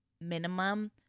minimum